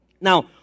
Now